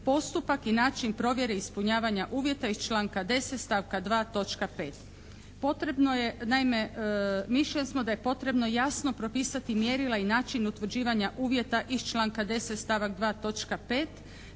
postupak i način provjere ispunjavanja uvjeta iz članka 10. stavka 2. točka 5. Potrebno je naime, mišljenja smo da je potrebno jasno propisati mjerila i način utvrđivanja uvjeta iz članka 10.